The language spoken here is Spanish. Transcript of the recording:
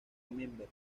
remember